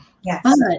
Yes